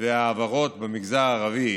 וההעברות במגזר הערבי